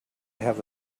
have